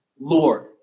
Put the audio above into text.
Lord